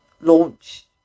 launch